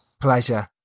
Pleasure